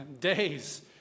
days